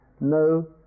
no